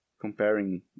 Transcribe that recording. ...comparing